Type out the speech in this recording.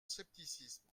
scepticisme